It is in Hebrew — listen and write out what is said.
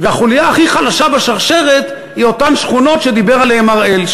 והחוליה הכי חלשה בשרשרת היא אותן שכונות שדיבר עליהן אראל,